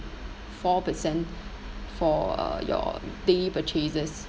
four percent for uh your daily purchases